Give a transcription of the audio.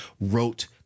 wrote